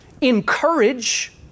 encourage